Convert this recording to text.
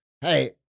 hey